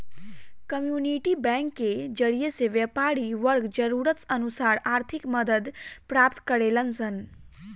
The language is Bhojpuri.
कम्युनिटी बैंक के जरिए से व्यापारी वर्ग जरूरत अनुसार आर्थिक मदद प्राप्त करेलन सन